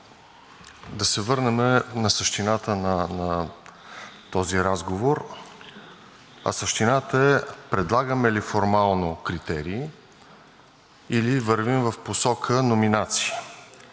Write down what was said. да се върнем на същината на този разговор, а същината е предлагаме ли формално критерии, или вървим в посока номинации.